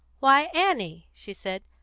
why, annie, she said,